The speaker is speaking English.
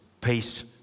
Peace